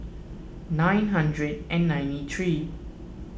nine hundred and ninety three